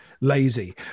lazy